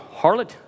harlot